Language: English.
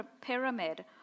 pyramid